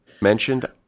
mentioned